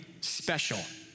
special